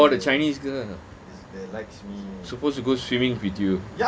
oh the chinese girl supposed to go swimming with you